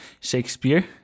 Shakespeare